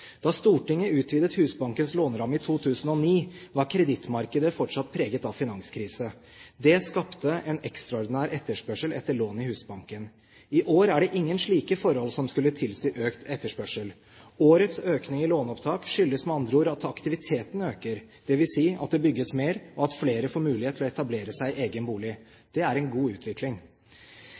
Da Stortinget utvidet Husbankens låneramme i 2009, var kredittmarkedet fortsatt preget av finanskrise. Det skapte en ekstraordinær etterspørsel etter lån i Husbanken. I år er det ingen slike forhold som skulle tilsi økt etterspørsel. Årets økning i låneopptak skyldes med andre ord at aktiviteten øker, dvs. at det bygges mer, og at flere får mulighet til å etablere seg i egen bolig. Det er en god utvikling.